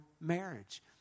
marriage